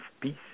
peace